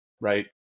right